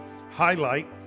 highlight